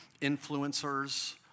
influencers